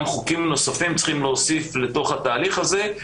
חוקים נוספים צריכים להוסיף לתוך התהליך הזה,